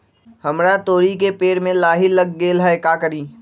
हमरा तोरी के पेड़ में लाही लग गेल है का करी?